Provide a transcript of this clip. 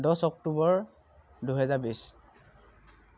দহ অক্টোবৰ দুহেজাৰ বিছ